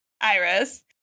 Iris